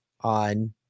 on